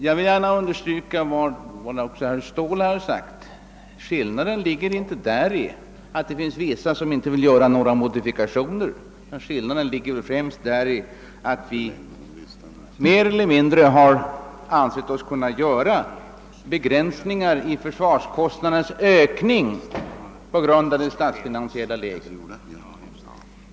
Jag vill gärna understryka vad som också herr Ståhl har sagt, nämligen att skillnaden ligger inte däri, att det finns vissa som inte vill göra några modifikationer, utan skillnaden ligger väl främst däri, att vi mer eller mindre har ansett oss kunna göra begränsningar i försvarskostnadernas ökning på grund av det statsfinansiella läget.